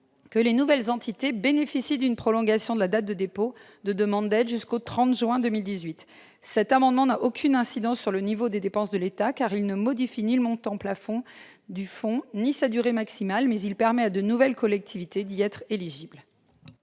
que les nouvelles entités bénéficient d'une prolongation de la date de dépôt de demande d'aide jusqu'au 30 juin 2018. Cet amendement n'a aucune incidence sur le niveau des dépenses de l'État. En effet, il ne modifie ni le montant du plafond du fonds ni sa durée maximale ; mais il permet à de nouvelles collectivités d'y être éligibles.